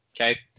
Okay